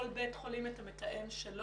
כל בית חולים ממנה את המתאם שלו?